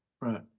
Right